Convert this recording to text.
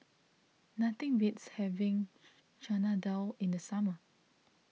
nothing beats having Chana Dal in the summer